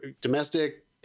domestic